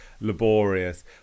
laborious